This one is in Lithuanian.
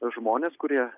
žmones kurie